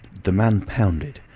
the man pounded,